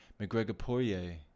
McGregor-Poirier